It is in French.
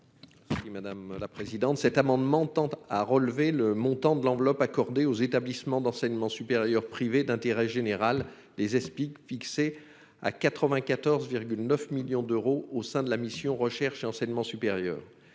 Bernard Fialaire. Cet amendement tend à relever le montant de l'enveloppe accordée aux établissements d'enseignement supérieur privés d'intérêt général (Eespig), fixé à 94,9 millions d'euros dans la mission « Recherche et enseignement supérieur